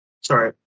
Sorry